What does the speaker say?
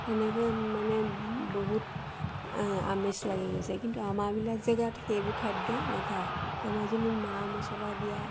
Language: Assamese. তেনেকৈ মানে বহুত আমেজ লাগি গৈছে কিন্তু আমাৰবিলাক জেগাত সেইবোৰ খাদ্য নাখায় আৰু মাজুলীত মা মছলা দিয়া